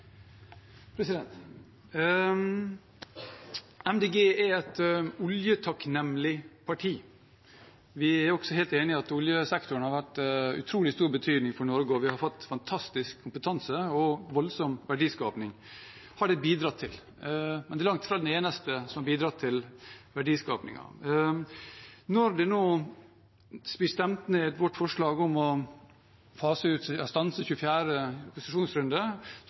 et oljetakknemlig parti. Vi er også helt enig i at oljesektoren har vært av utrolig stor betydning for Norge, vi har fått en fantastisk kompetanse, og det har bidratt til en voldsom verdiskaping. Men det er langt fra det eneste som har bidratt til verdiskapingen. Når vårt forslag om å stanse 24. konsesjonsrunde nå blir stemt ned, kommer det opp et forslag om